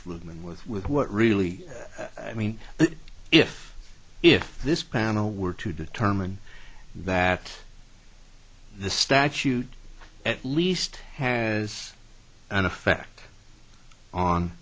friedman with with what really i mean if if this panel were to determine that the statute at least has an effect on